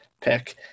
pick